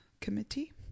Committee